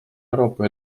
euroopa